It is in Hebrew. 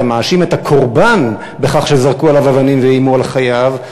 אתה מאשים את הקורבן בכך שזרקו עליו אבנים ואיימו על חייו,